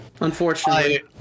unfortunately